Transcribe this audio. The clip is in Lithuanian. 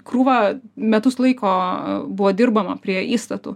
krūva metus laiko buvo dirbama prie įstatų